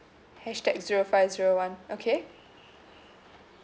hashtag zero five zero one okay